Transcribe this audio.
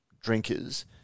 drinkers